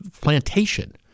plantation